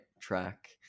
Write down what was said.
track